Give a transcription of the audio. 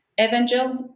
Evangel